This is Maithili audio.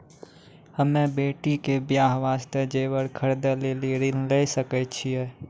हम्मे बेटी के बियाह वास्ते जेबर खरीदे लेली ऋण लिये सकय छियै?